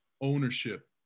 Ownership